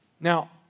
Now